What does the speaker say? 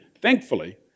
thankfully